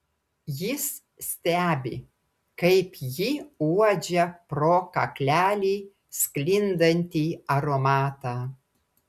jis stebi kaip ji uodžia pro kaklelį sklindantį aromatą